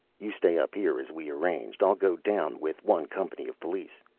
you stay up here, as we arranged. i'll go down with one company of police.